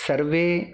सर्वे